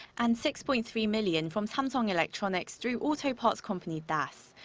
and six-point-three million from samsung electronics through auto parts company das.